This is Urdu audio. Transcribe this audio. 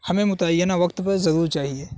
ہمیں متعینہ وقت پر ضرور چاہیے